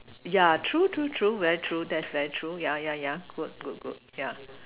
yeah true true true very true that is very true yeah yeah good good good yeah